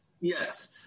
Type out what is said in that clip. Yes